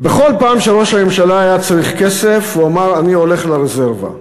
בכל פעם שראש הממשלה היה צריך כסף הוא אמר: אני הולך לרזרבה.